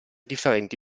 differenti